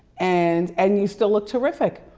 and and you still look terrific.